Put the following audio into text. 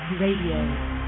Radio